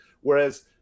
Whereas